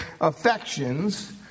affections